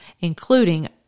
including